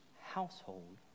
household